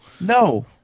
no